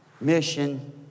mission